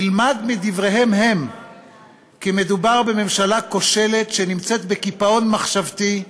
נלמד מדבריהם שלהם כי מדובר בממשלה כושלת שנמצאת בקיפאון מחשבתי,